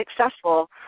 successful